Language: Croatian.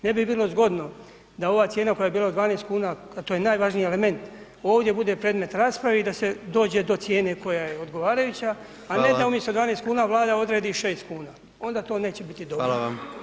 Ne bi bilo zgodno da ova cijena koja je bila 12 kn a to je najvažniji element, ovdje bude predmet rasprave i da se dođe do cijene koja je odgovarajuća a ne da umjesto 12 kn Vlada odredi 6 kn, onda to neće biti dobro.